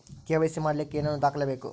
KYC ಮಾಡಲಿಕ್ಕೆ ಏನೇನು ದಾಖಲೆಬೇಕು?